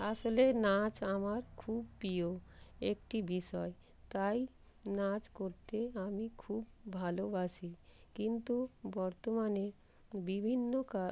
আসলে নাচ আমার খুব প্রিয় একটি বিষয় তাই নাচ করতে আমি খুব ভালোবাসি কিন্তু বর্তমানে বিভিন্ন